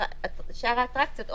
שאר האטרקציות,